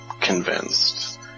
convinced